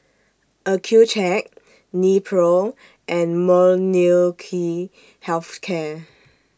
Accucheck Nepro and Molnylcke Health Care